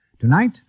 Tonight